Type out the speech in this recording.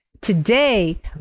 today